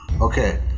okay